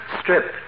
strip